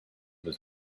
was